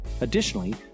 Additionally